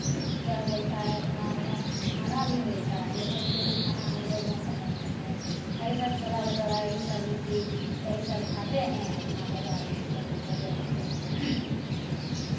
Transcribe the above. क्या बोलता है अपना हुआं खाना भी मिलता है लेकिन फिर भी खाना हमलोग हुआं पर नहीं खाते हैं आ ये सब छोला भटूरा यही सब लिट्टी यही सब खाते हैं अपना बाज़ार घूम कर चले आते हैं